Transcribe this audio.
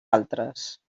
altres